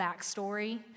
backstory